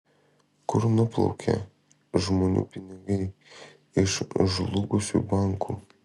kur nuplaukė žmonių pinigai iš žlugusių bankų